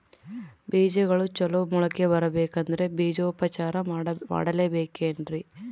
ಬೇಜಗಳು ಚಲೋ ಮೊಳಕೆ ಬರಬೇಕಂದ್ರೆ ಬೇಜೋಪಚಾರ ಮಾಡಲೆಬೇಕೆನ್ರಿ?